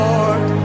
Lord